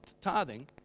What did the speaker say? tithing